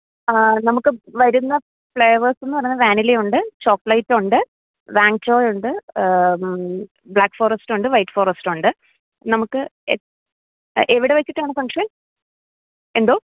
ആ നമുക്ക് വരുന്ന ഫ്ലേവേഴ്സ് എന്ന് പറയുന്നത് വാനിലയുണ്ട് ചോക്ലേറ്റുണ്ട് വാഞ്ചോയുണ്ട് ബ്ലാക്ക് ഫോറെസ്റ്റുണ്ട് വൈറ്റ് ഫോറെസ്റ്റുണ്ട് നമുക്ക് എവിടെ വെച്ചിട്ടാണ് ഫംഗ്ഷൻ എന്തോ